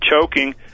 choking